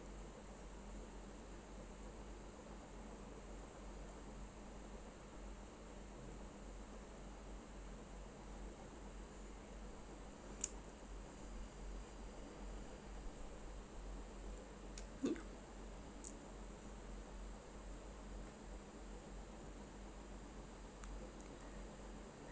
mm